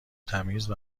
تمیز